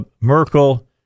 Merkel